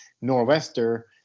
nor'wester